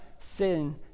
sin